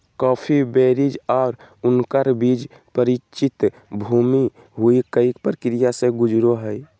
coffee berries और उनकर बीज परिचित भुनी हुई कई प्रक्रिया से गुजरो हइ